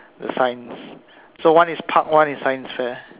the signs so one is park one is science fair